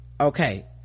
Okay